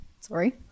Sorry